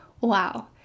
Wow